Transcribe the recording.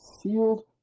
sealed